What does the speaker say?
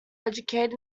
educated